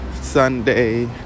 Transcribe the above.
Sunday